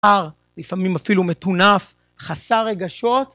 לפעמים אפילו מטונף, חסר רגשות.